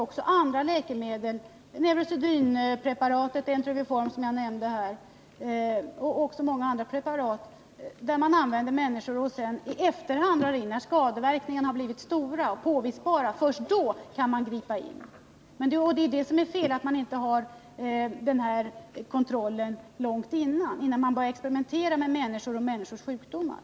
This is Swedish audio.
Också andra läkemedel — jag har nämnt Neurosedyn och Entero-Vioform och det finns många andra sådana preparat — används på människor och dras in först i efterhand, när skadeverkningarna har blivit påvisbara och stora. Felet är att man inte sätter inom kontrollen långt innan det börjar experimenteras med preparaten på människor och deras sjukdomar.